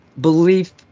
belief